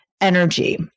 energy